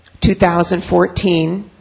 2014